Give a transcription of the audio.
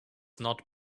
not